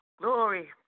Glory